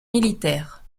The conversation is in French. militaires